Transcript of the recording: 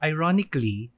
Ironically